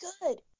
good